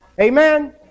Amen